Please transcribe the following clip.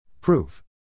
Proof